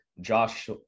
Josh